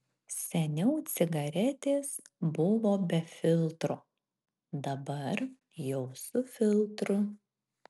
seniau cigaretės buvo be filtro dabar jau su filtru